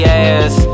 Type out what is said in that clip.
ass